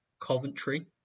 Coventry